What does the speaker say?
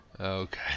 Okay